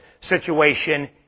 situation